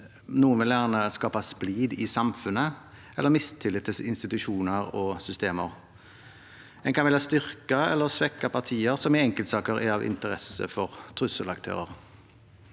Noen vil gjerne skape splid i samfunnet eller mistillit til institusjoner og systemer, og en kan ville styrke eller svekke partier som i enkeltsaker er av interesse for trusselaktører.